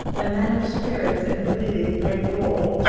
a man of spirit and breeding may brawl,